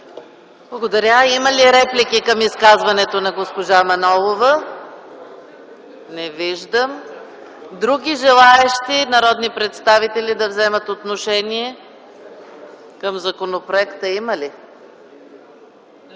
Благодаря. Има ли реплики към изказването на госпожа Манолова? Не виждам. Други желаещи народни представители да вземат отношение към законопроекта има ли?